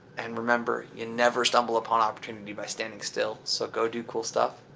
and remember, you never stumble upon opportunity by standing still, so go do cool stuff.